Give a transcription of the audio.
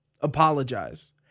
apologize